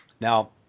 Now